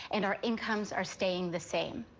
and our incomes are staying the same.